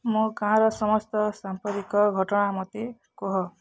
ମୋ ଗାଁର ସମସ୍ତ ସାମ୍ପ୍ରତିକ ଘଟଣା ମୋତେ କୁହ